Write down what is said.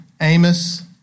Amos